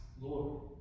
Lord